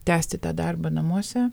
tęsti tą darbą namuose